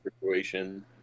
situation